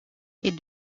est